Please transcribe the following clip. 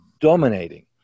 dominating